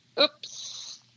oops